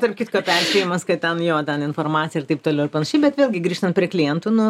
tarp kitko perspėjimas kad ten jo ten informaciją ir taip toliau ir panašiai bet vėlgi grįžtant prie klientų nu